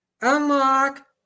Unlock